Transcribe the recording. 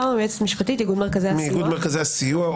מאיגוד מרכזי הסיוע.